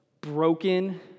broken